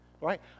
right